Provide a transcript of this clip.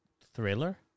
thriller